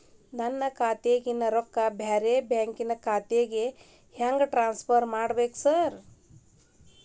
ನನ್ನ ಖಾತ್ಯಾಗಿನ ರೊಕ್ಕಾನ ಬ್ಯಾರೆ ಬ್ಯಾಂಕಿನ ಖಾತೆಗೆ ಹೆಂಗ್ ಟ್ರಾನ್ಸ್ ಪರ್ ಮಾಡ್ಬೇಕ್ರಿ ಸಾರ್?